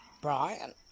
Brian